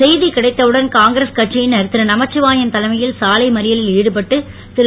செய்தி கிடைத்தவுடன் காங்கிரஸ் கட்சியினர் திரு நமச்சிவாயம் தலைமையில் சாலை மறியலில் ஈடுபட்டு திரு